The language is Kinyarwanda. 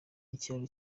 ikiraro